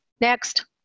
next